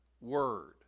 word